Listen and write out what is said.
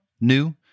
New